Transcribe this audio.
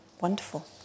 wonderful